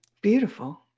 Beautiful